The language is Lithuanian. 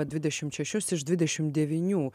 dvidešim šešis iš dvidešim devynių